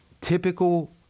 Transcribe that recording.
typical